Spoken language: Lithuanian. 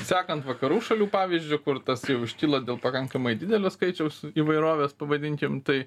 sekant vakarų šalių pavyzdžiu kur tas jau iškilo dėl pakankamai didelio skaičiaus įvairovės pavadinkim tai